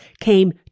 came